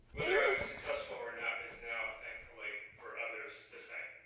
whether i was successful or not is now, thankfully, for others to say.